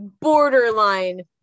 borderline